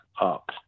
up